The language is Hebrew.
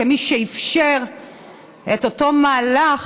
כמי שאפשר את אותו מהלך,